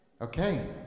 Okay